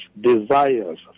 desires